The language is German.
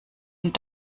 und